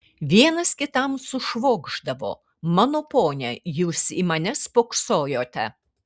vienas kitam sušvokšdavo mano pone jūs į mane spoksojote